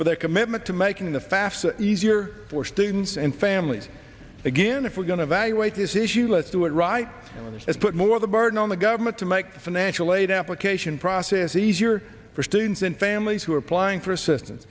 but their commitment to making the fafsa easier for students and families again if we're going to valuate this issue let's do it right this is put more of the burden on the government to make the financial aid application process easier for students and families who are applying for assistan